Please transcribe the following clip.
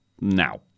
now